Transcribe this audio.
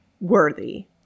worthy